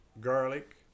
garlic